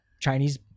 Chinese